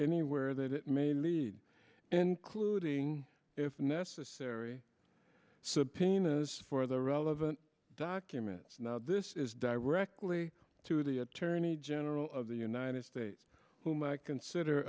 anywhere that it may lead including if necessary subpoenas for the relevant documents now this is directly to the attorney general of the united states whom i consider